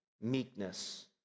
meekness